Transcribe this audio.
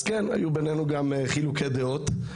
אז כן היו בינינו גם חילוקי דעות.